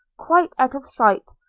quite out of sight,